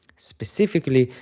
specifically,